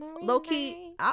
Low-key